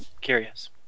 curious